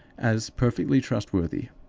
as perfectly trustworthy,